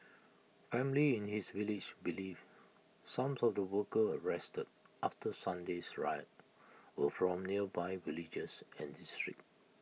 families in his village believe some sort the workers arrested after Sunday's riot were from nearby villages and districts